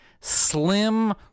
slim